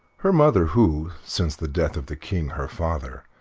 her mother, who, since the death of the king, her father,